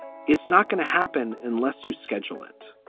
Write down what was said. it's not going to happen unless you schedule it